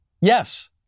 Yes